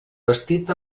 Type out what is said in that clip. bastit